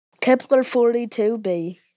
Kepler-42b